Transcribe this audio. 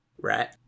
Right